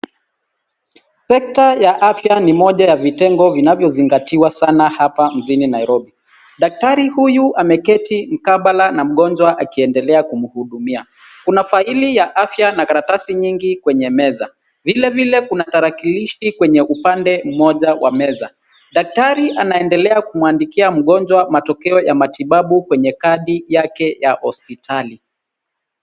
Sekta ya afya ni moja ya vitengo vinavyozingatiwa sana hapa mjini Nairobi. Daktari huyu ameketi mkabala na mgonjwa akiendelea kumhudumia. Kuna faili ya afya na karatasi nyingi kwenye meza. Vile vile kuna tarakilishi kwenye upande mmoja wa meza. Daktari anaendelea kumwandikia mgonjwa matokeo ya matibabu kwenye kadi yake ya hospitali.